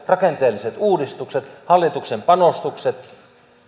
rakenteelliset uudistukset hallituksen panostukset